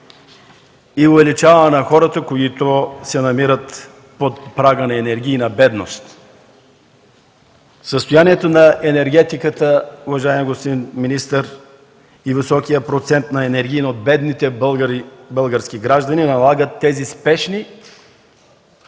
и увеличаване на хората, които се намират под прага на енергийна бедност. Състоянието на енергетиката, уважаеми господин министър, и високият процент на енергийно бедни български граждани налагат тези спешни,